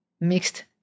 mixed